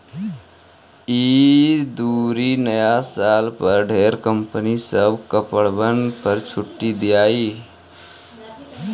ई तुरी नया साल पर ढेर कंपनी सब कपड़बन पर छूट देतई